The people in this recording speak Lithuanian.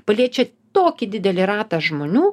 paliečia tokį didelį ratą žmonių